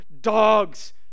dogs